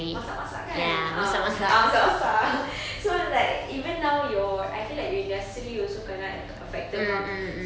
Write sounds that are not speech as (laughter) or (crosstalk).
masak masak kan ah ah masak masak (laughs) so like even now your I feel like your industry also kena affected mah